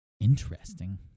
Interesting